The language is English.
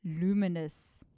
luminous